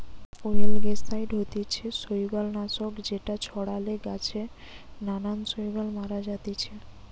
অয়েলগেসাইড হতিছে শৈবাল নাশক যেটা ছড়ালে গাছে নানান শৈবাল মারা জাতিছে